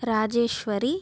Rajeshwari